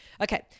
okay